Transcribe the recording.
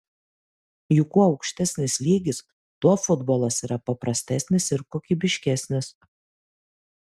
juk kuo aukštesnis lygis tuo futbolas yra paprastesnis ir kokybiškesnis